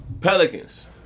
Pelicans